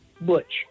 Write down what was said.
Butch